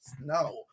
no